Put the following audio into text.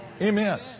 Amen